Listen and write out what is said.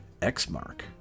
Xmark